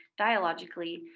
dialogically